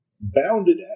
Bounded